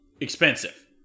expensive